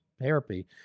therapy